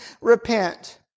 repent